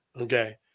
Okay